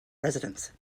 residence